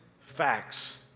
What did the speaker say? facts